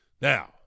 Now